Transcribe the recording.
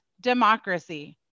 democracy